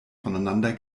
voneinander